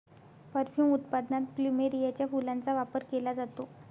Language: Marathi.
परफ्यूम उत्पादनात प्लुमेरियाच्या फुलांचा वापर केला जातो